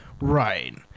Right